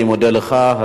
אני מודה לך.